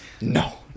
No